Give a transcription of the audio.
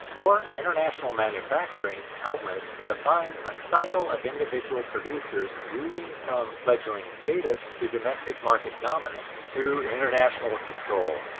or international manufacturing outlets to find a cycle of individual producers moving from fledgling status, to domestic market dominance, to international control,